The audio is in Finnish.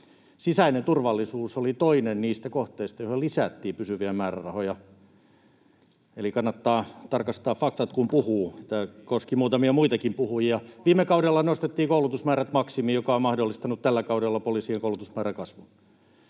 sisäinen turvallisuus oli toinen niistä kohteista, joihin lisättiin pysyviä määrärahoja, eli kannattaa tarkastaa faktat, kun puhuu — tämä koski muutamia muitakin puhujia. Viime kaudella nostettiin koulutusmäärät maksimiin, mikä on mahdollistanut tällä kaudella poliisien koulutusmäärän kasvun.